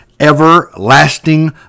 everlasting